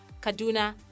Kaduna